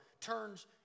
turns